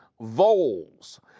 voles